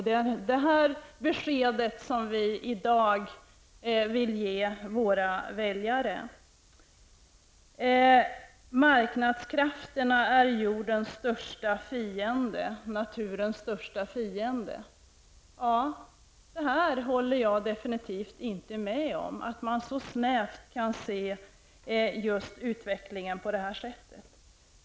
Det är det besked vi i dag vill ge våra väljare. ''Marknadskrafterna är jordens och naturens största fiende.'' Jag håller definitivt inte med om att man kan se så snävt på utvecklingen.